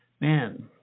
man